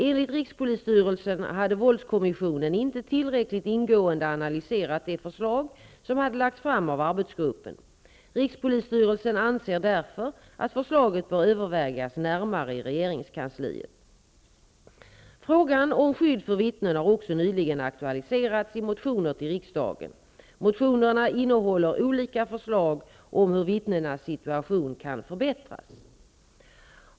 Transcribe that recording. Enligt rikspolisstyrelsen hade våldskommissionen inte tillräckligt ingående analyserat det förslag som hade lagts fram av arbetsgruppen. Rikspolisstyrelsen anser därför att förslaget bör övervägas närmare i regeringskansliet. Frågan om skydd för vittnen har också nyligen aktualiserats i motioner till riksdagen. Motionerna innehåller olika förslag om hur vittnenas situation kan förbättras.